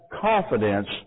confidence